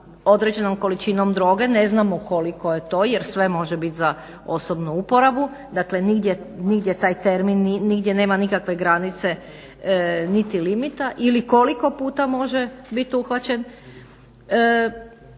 određenom količinom droge, ne znamo koliko je to, jer sve može bit za osobnu uporabu. Dakle, nigdje taj termin, nigdje nema nikakve granice niti limita ili koliko puta može biti uhvaćen.